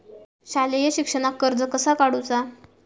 शालेय शिक्षणाक कर्ज कसा काढूचा?